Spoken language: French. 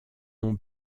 non